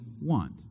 want